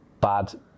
bad